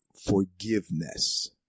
Forgiveness